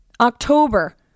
October